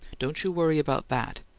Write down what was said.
don't you worry about that!